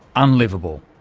unliveable.